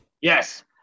Yes